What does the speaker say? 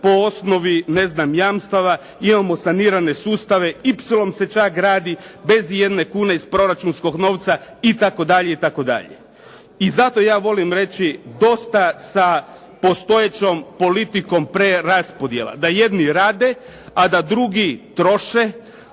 po osnovi jamstava, imamo sanirane sustave, ipsilon se čak radi bez ijedne kune iz proračunskog novca itd., itd. I zato ja volim reći dosta sa postojećom politikom preraspodjela, da jedni rade, a da drugi troše,